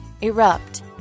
Erupt